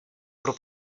pro